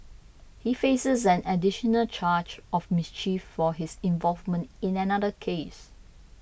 he faces an additional charge of mischief for his involvement in another case